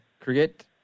cricket